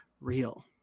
real